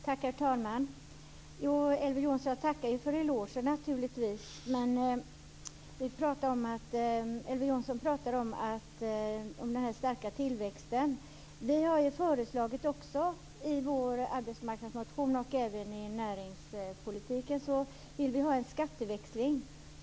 Herr talman! Jag tackar naturligtvis för elogen. Elver Jonsson pratar om den starka tillväxten. Vi har i vår arbetsmarknadsmotion föreslagit och vill även i näringspolitiken ha en skatteväxling.